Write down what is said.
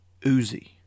Uzi